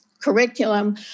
curriculum